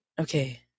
Okay